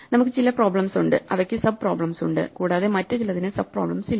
നമുക്ക് ചില പ്രോബ്ലെംസ് ഉണ്ട് അവയ്ക്ക് സബ് പ്രോബ്ലെംസ് ഉണ്ട് കൂടാതെ മറ്റ് ചിലതിന് സബ് പ്രോബ്ലെംസ് ഇല്ല